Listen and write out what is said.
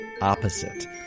opposite